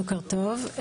בוקר טוב.